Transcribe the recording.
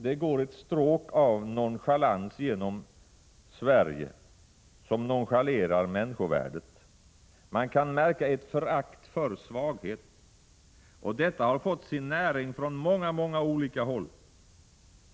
Det går ett stråk av nonchalans genom Sverige gentemot människovärdet, ett förakt för svaghet. Detta har fått sin näring från många olika håll.